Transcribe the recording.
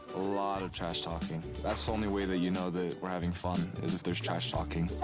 a lot of trash talking, that's the only way that you know that we're having fun, is if there's trash talking.